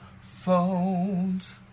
phones